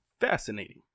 fascinating